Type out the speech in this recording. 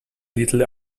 little